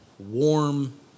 Warm